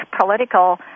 political